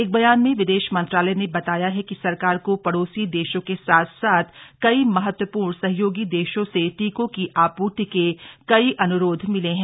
एक बयान में विदेश मंत्रालय ने बताया है कि सरकार को पडोसी देशों के साथ साथ कई महत्वपूर्ण सहयोगी देशों से टीकों की आपूर्ति के कई अनुरोध मिले हैं